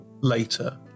later